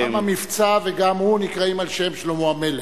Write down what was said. גם המבצע וגם הוא נקראים על שם שלמה המלך.